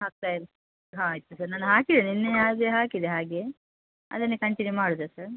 ಹಾಕ್ತಾ ಇರು ಹಾಂ ಆಯಿತು ಸರ್ ನಾನು ಹಾಕಿದೆ ನಿನ್ನೆ ಹಾಗೇ ಹಾಕಿದೆ ಹಾಗೇ ಅದನ್ನೇ ಕಂಟಿನ್ಯೂ ಮಾಡೋದಾ ಸರ್